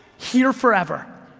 here forever.